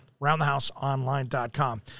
Roundthehouseonline.com